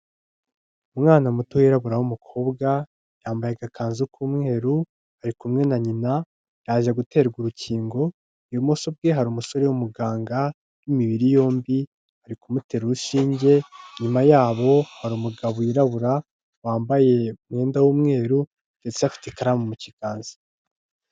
Umwana muto wirabura w'umukobwa yambaye agakanzu k'umweru ari kumwe na nyina yaje guterwa urukingo, ibumoso bwe hari umusore w'umuganga w'imibiri yombi ari kumutera urushinge, inyuma yabo hari umugabo wirabura wambaye umwenda w'umweru ndetse afite ikaramu mu kiganza.